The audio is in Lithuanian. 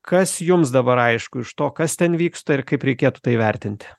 kas jums dabar aišku iš to kas ten vyksta ir kaip reikėtų tai vertinti